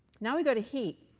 now we go to heat.